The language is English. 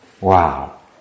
Wow